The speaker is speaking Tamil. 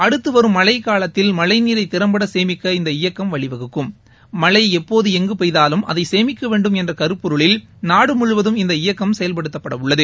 அடுத்து வரும் மழழக் காலத்தில் மழழ நீரை திறம்பட சேமிக்க இந்த இயக்கம் வழிவகுக்கும் மழை எப்போது எங்கு பெய்தாலும் அதை சேமிக்க வேண்டும் என்ற கருப்பொருளில் நாடு முழுவதும் இந்த இயக்கம் செயல்படுத்தப்படவுள்ளது